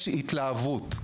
יש התלהבות,